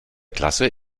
klasse